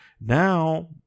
Now